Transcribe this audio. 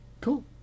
cool